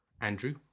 Andrew